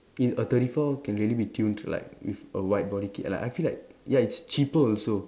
in a thirty four can really be tuned like with a wide body kit like I feel like ya it's cheaper also